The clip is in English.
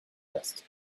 list